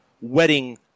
wedding